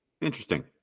interesting